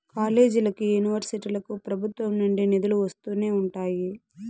కాలేజీలకి, యూనివర్సిటీలకు ప్రభుత్వం నుండి నిధులు వస్తూనే ఉంటాయి